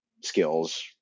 skills